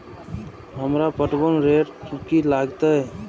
हमरा पटवन रेट की लागते?